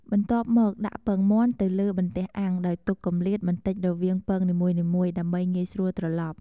បន្ទាប់មក ដាក់ពងមាន់ទៅលើបន្ទះអាំងដោយទុកគម្លាតបន្តិចរវាងពងនីមួយៗ ដើម្បីងាយស្រួលត្រឡប់។